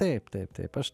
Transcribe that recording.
taip taip taip aš